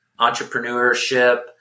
entrepreneurship